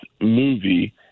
movie